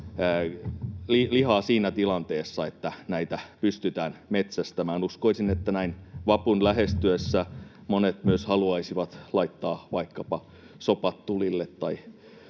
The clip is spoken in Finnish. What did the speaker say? lihaa siinä tilanteessa, että näitä pystytään metsästämään. Uskoisin, että näin vapun lähestyessä monet myös haluaisivat laittaa vaikkapa sopat tulille tai